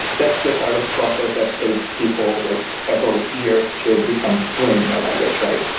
that's the sort of process that takes people like several years to have become fluent in a language, right?